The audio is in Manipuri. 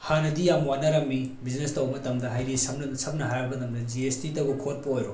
ꯍꯥꯟꯅꯗꯤ ꯌꯥꯝ ꯋꯥꯟꯅꯔꯝꯃꯤ ꯕꯤꯖꯤꯅꯦꯁ ꯇꯧꯕ ꯃꯇꯝꯗ ꯍꯥꯏꯗꯤ ꯁꯝꯅ ꯍꯥꯏꯔꯕ ꯃꯇꯝꯗ ꯖꯤ ꯑꯦꯁ ꯇꯤꯇꯕꯨ ꯈꯣꯠꯄ ꯑꯣꯏꯔꯣ